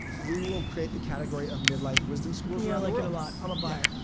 we will create the category of middle life wisdom schools yeah like a lot, i'm a buyer.